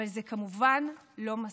אבל זה כמובן לא מספיק.